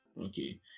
Okay